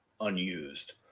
unused